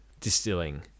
distilling